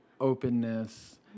openness